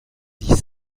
dix